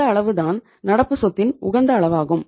இந்த அளவு தான் நடப்பு சொத்தின் உகந்த அளவாகும்